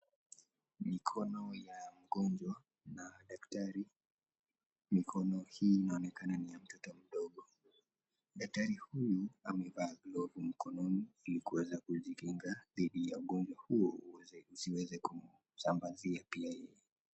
Mikono ya mgonjwa na daktari, mikono hii inaonekana ni ya mtoto mdogo, daktari huyu amevaa glovu mkononi ili kuweza kujikinga dhidi ya ugonjwa usiweze kumsambazia pia yeye.